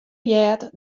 heard